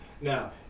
Now